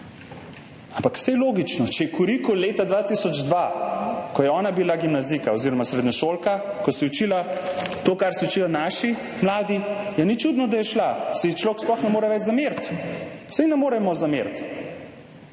Ampak saj logično, če je kurikul leta 2002, ko je ona bila gimnazijka oziroma srednješolka, ko se je učila to, kar se učijo naši mladi – ja ni čudno, da je šla! Saj ji človek sploh ne more več zameriti! Saj ji ne moremo zameriti,